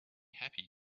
happy